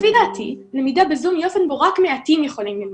לפי דעתי למידה בזום היא אופן בו רק מעטים יכולים ללמוד,